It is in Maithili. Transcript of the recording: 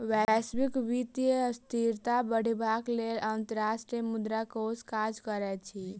वैश्विक वित्तीय स्थिरता बढ़ेबाक लेल अंतर्राष्ट्रीय मुद्रा कोष काज करैत अछि